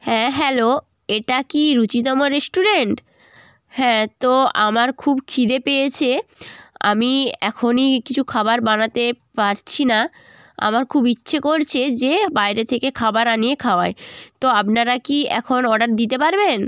হ্যাঁ হ্যালো এটা কি রুচিতমা রেস্টুরেন্ট হ্যাঁ তো আমার খুব খিদে পেয়েছে আমি এখনই কিছু খাবার বানাতে পারছি না আমার খুব ইচ্ছে করছে যে বায়রে থেকে খাবার আনিয়ে খাওয়াই তো আপনারা কি এখন অর্ডার দিতে পারবেন